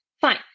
fine